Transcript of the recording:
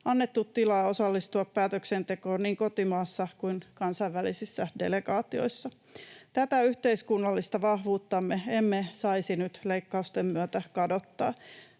annettu tilaa osallistua päätöksentekoon niin kotimaassa kuin kansainvälisissä delegaatioissa. Tätä yhteiskunnallista vahvuuttamme emme saisi nyt leikkausten myötä kadottaa,